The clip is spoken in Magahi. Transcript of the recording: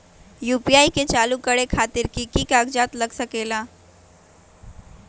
यू.पी.आई के चालु करे खातीर कि की कागज़ात लग सकेला?